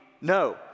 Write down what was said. No